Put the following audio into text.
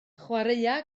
chwaraea